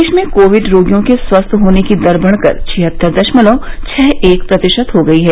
देश में कोविड रोगियों के स्वस्थ होने की दर बढ़कर छिहत्तर दशमलव छह एक प्रतिशत हो गयी है